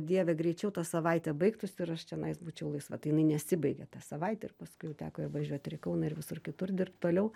dieve greičiau ta savaitė baigtųsi ir aš čionais būčiau laisva tai jinai nesibaigė ta savaitė ir paskui teko ir važiuot ir į kauną ir visur kitur dirbt toliau